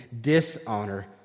dishonor